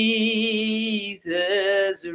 Jesus